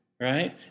Right